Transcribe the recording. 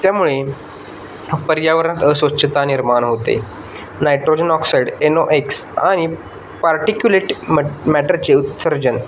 त्यामुळे पर्यावरणत अस्वच्छता निर्माण होते नायट्रोजन ऑक्साईड एनोएक्स आणि पार्टिक्युलेट मट मॅटरचे उत्सर्जन